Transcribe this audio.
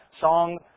song